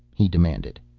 he demanded.